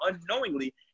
unknowingly